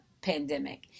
pandemic